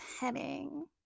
heading